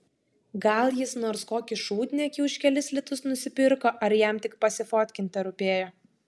gal jis nors kokį šūdniekį už kelis litus nupirko ar jam tik pasifotkint terūpėjo